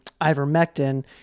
ivermectin